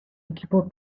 equipo